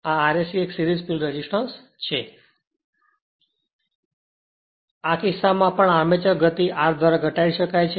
તેથી આ કિસ્સામાં પણ આર્મચરની ગતિ R દ્વારા ઘટાડી શકાય છે